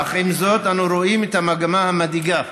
אך עם זאת אנו רואים את המגמה המדאיגה: